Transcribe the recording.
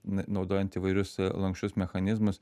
naudojant įvairius lanksčius mechanizmus